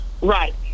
Right